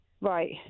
right